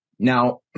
now